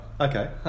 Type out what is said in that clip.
Okay